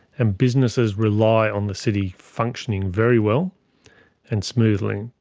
and businesses rely on the city functioning very well and smoothly.